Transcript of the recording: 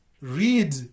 read